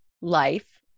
life